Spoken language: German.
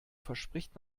verspricht